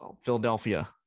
Philadelphia